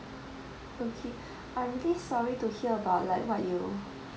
okay I'm really sorry to hear about like what you